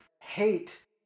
hate